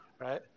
right